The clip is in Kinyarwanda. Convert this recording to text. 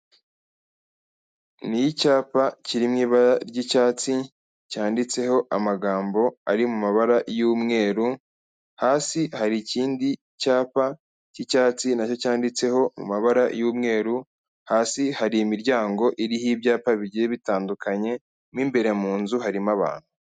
Ni icyapa kiri mu ibara ry'icyatsi cyanditseho amagambo ari mu mabara y'umweru, hasi hari ikindi cyapa cy'icyatsi nacyo cyanditseho amabara y'umweru, hasi hari imiryango iriho ibyapa bigiye bitandukanye mu imbere mu nzu harimo abantu.